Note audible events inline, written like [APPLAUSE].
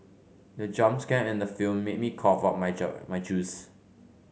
the jump scare in the film made me cough out my [UNINTELLIGIBLE] my juice